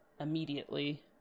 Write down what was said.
immediately